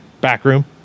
Backroom